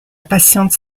patiente